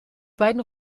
beiden